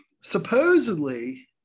supposedly